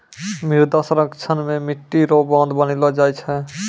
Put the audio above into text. मृदा संरक्षण मे मट्टी रो बांध बनैलो जाय छै